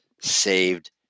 saved